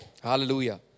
Hallelujah